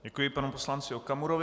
Děkuji panu poslanci Okamurovi.